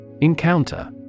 Encounter